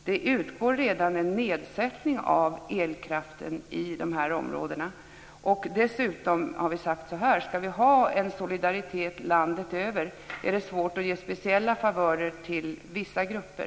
Det utgår redan en nedsättning av avgiften för elkraften i dessa områden. Ska vi ha en solidaritet landet över är det svårt att ge speciella favörer till vissa grupper.